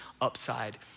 upside